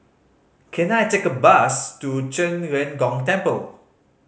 can I take a bus to Zhen Ren Gong Temple